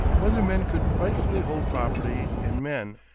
whether men could rightfully hold property in men.